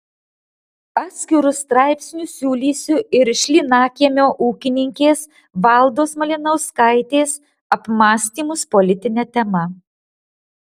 atskiru straipsniu siūlysiu ir šlynakiemio ūkininkės valdos malinauskaitės apmąstymus politine tema